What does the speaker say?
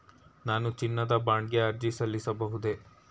ನಾನು ಚಿನ್ನದ ಬಾಂಡ್ ಗೆ ಅರ್ಜಿ ಸಲ್ಲಿಸಬಹುದೇ?